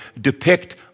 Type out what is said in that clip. depict